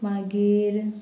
मागीर